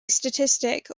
statistic